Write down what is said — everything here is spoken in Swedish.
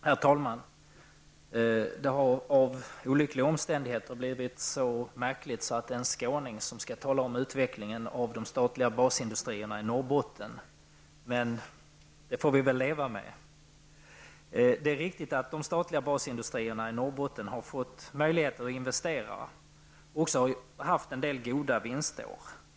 Herr talman! Det har av olyckliga omständigheter blivit så märkligt att det är en skåning som skall tala om utvecklingen av de statliga basindustrierna i Norrbotten. Men det får vi väl leva med. Det är riktigt att de statliga basindustrierna i Norrbotten har fått möjligheter att investera och också haft en del goda vinstår.